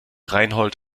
reinhold